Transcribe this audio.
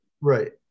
Right